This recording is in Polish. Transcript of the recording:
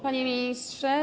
Panie Ministrze!